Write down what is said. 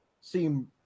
seem